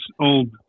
old